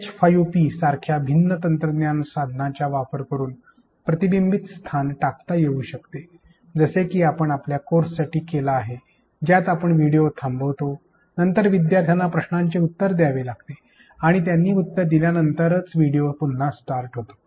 H5P सारख्या भिन्न तंत्रज्ञानाच्या साधनांचा वापर करून प्रतिबिंबीत स्थान टाकता येऊ शकतो जसे की आपण आपल्या कोर्ससाठी केला आहे ज्यात आपण व्हिडिओ थांबवतो नंतर विद्यार्थ्यांना प्रश्नाचे उत्तर द्यावे लागते आणि त्यांनी उत्तर दिल्यानंतर व्हिडिओ पुन्हा सुरू होतो